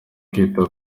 kwita